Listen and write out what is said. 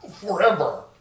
forever